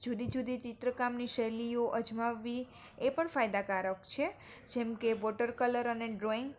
જુદી જુદી ચિત્ર કામની શૈલીઓ અજમાવવી એ પણ ફાયદાકારક છે જેમકે વોટર કલર અને ડ્રોઈંગ